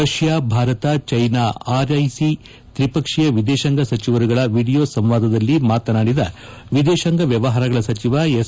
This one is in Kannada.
ರಷ್ಡಾ ಭಾರತ ಚೈನಾ ಆರ್ಐಸಿ ತ್ರಿಪಕ್ಷೀಯ ವಿದೇಶಾಂಗ ಸಚಿವರುಗಳ ವಿಡಿಯೋ ಸಂವಾದದಲ್ಲಿ ಮಾತನಾಡಿದ ವಿದೇಶಾಂಗ ವ್ನವಹಾರಗಳ ಸಚಿವ ಎಸ್